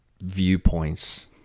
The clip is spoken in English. viewpoints